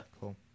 Cool